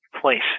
place